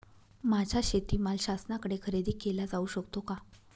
माझा शेतीमाल शासनाकडे खरेदी केला जाऊ शकतो का?